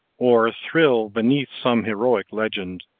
or thrill beneath some heroic legend,